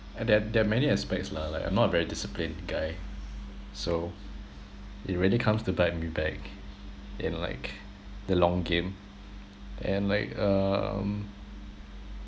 and there there are many aspects lah like I'm not a very disciplined guy so it really comes to bite me back in like the long game and like um